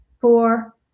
four